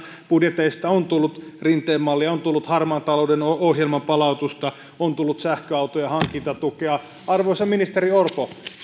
on tullut rinteen malli on tullut harmaan talouden ohjelman palautusta on tullut sähköautojen hankintatukea arvoisa ministeri orpo